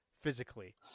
physically